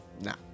Nah